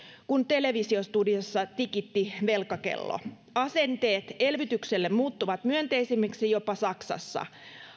kun televisiostudiossa tikitti velkakello asenteet elvytykselle muuttuvat myönteisemmiksi jopa saksassa